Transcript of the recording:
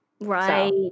Right